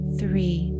three